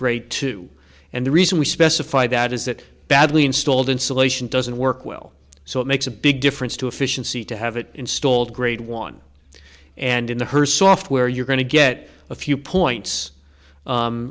grade two and the reason we specify that is that badly installed insulation doesn't work well so it makes a big difference to efficiency to have it installed grade one and into her software you're going to get a few points